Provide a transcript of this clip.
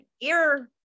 ear